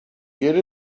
get